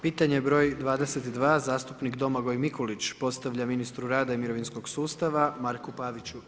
Pitanje br. 22. zastupnik Domagoj Mikulić, postavlja ministru rada i mirovinskog sustava Marku Paviću.